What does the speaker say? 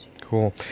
cool